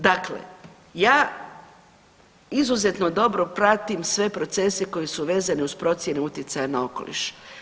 Dakle, ja izuzetno dobro pratim sve procese koji su vezani uz procjene utjecaja na okoliš.